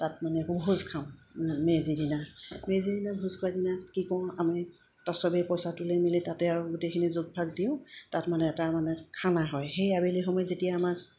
তাত মানে একো ভোজ খাওঁ মেজিৰ দিনা মেজিৰ দিনা ভোজ খোৱাৰ দিনাত কি কৰো আমি তাত চবেই পইচা তুলি মেলি তাতে আৰু গোটেইখিনি যোগভাগ দিওঁ তাত মানে এটা মানে খানা হয় সেই আবেলি সময়ত যেতিয়া আমাৰ